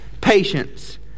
patience